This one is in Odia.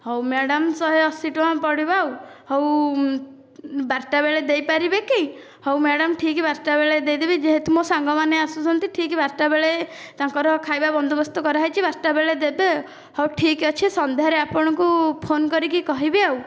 ହେଉ ମ୍ୟାଡ଼ାମ ଶହେ ଅଶି ଟଙ୍କା ପଡ଼ିବ ଆଉ ହଉ ବାରଟା ବେଳେ ଦେଇପାରିବେ କି ହଉ ମ୍ୟାଡ଼ାମ ଠିକ ବାରଟା ବେଳେ ଦେଇଦେବେ ଯେହେତୁ ମୋ ସାଙ୍ଗମାନେ ଆସୁଛନ୍ତି ଠିକ ବାରଟା ବେଳେ ତାଙ୍କର ଖାଇବା ବନ୍ଦୋବସ୍ତ କରାହୋଇଛି ବାରଟା ବେଳେ ଦେବେ ହେଉ ଠିକ ଅଛି ସନ୍ଧ୍ୟାରେ ଆପଣଙ୍କୁ ଫୋନ୍ କରିକି କହିବି ଆଉ